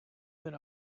been